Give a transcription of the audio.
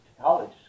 college